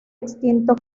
extinto